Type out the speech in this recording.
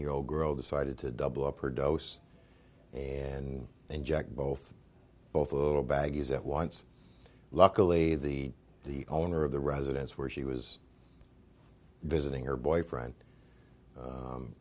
year old girl decided to double up her dose and inject both both of baggies at once luckily the the owner of the residence where she was visiting her boyfriend